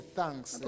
thanks